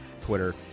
Twitter